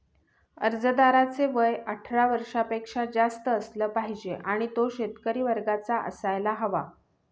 अर्जदाराचे वय अठरा वर्षापेक्षा जास्त असलं पाहिजे आणि तो शेतकरी वर्गाचा असायला हवा